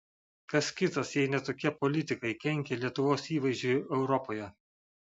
kas kitas jei ne tokie politikai kenkia lietuvos įvaizdžiui europoje